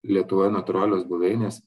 lietuvoje natūralios buveinės